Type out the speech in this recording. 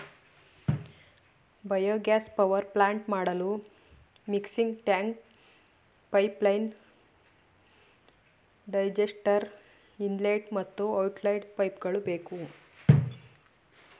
biogas power plant ಮಾಡಲು mixing tank, pipeline, digester, inlet ಮತ್ತು outlet ಪೈಪ್ಗಳು ಬೇಕು